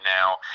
now